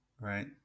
right